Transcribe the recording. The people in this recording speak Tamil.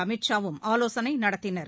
அமீத் ஷாவும் ஆலோசனை நடத்தினர்